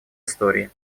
истории